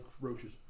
roaches